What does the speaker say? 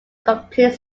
complete